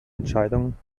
entscheidung